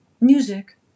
music